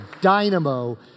dynamo